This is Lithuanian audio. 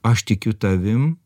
aš tikiu tavim